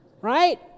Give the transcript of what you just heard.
Right